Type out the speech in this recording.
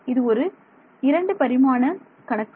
இது ஒரு இரண்டு பரிமாண கணக்கு